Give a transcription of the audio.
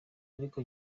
ariko